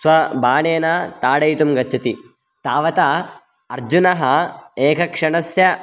स्व बाणेन ताडयितुं गच्छति तावता अर्जुनः एकक्षणस्य